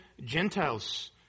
Gentiles